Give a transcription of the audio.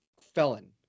felon